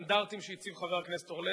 בסטנדרטים שהציב חבר הכנסת זבולון אורלב.